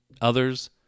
others